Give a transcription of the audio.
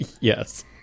Yes